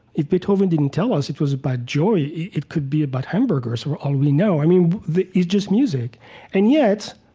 if beethoven didn't tell us it was about joy, it could be about hamburgers for all we know. i mean, it's just music and yet,